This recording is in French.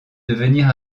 devenir